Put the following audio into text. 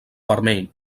vermell